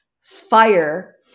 fire